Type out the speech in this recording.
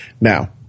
Now